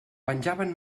penjaven